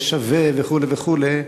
ששווה וכו' וכו',